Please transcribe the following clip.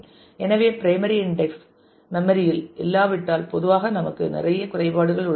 எனவே primary index memory இல் இல்லாவிட்டால் பொதுவாக நமக்கு நிறைய குறைபாடுகள் உள்ளன